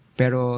pero